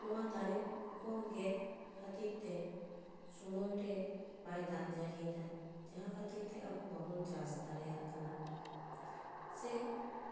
ᱱᱚᱣᱟ ᱫᱟᱨᱮᱠᱚ ᱜᱮᱫ ᱠᱷᱟᱹᱛᱤᱨᱛᱮ ᱥᱚᱢᱚᱭ ᱨᱮ ᱵᱟᱭ ᱫᱟᱜ ᱡᱟᱹᱲᱤᱭᱮᱫᱟ ᱡᱟᱦᱟᱸ ᱠᱷᱟᱹᱛᱤᱨᱛᱮ ᱟᱵᱚ ᱵᱟᱵᱚᱱ ᱪᱟᱥ ᱫᱟᱲᱮᱭᱟᱜ ᱠᱟᱱᱟ ᱥᱮ